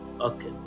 okay